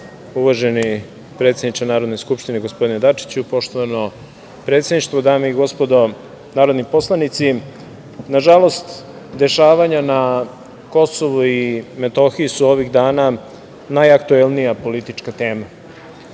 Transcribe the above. uvaženi predsedniče Narodne skupštine gospodine Dačiću, poštovano predsedništvo, dame i gospodo narodni poslanici. Na žalost dešavanja na KiM su ovih dana najaktuelnija politička tema.